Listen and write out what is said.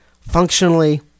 functionally